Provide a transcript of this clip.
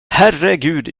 herregud